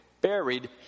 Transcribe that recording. buried